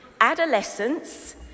adolescence